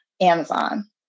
Amazon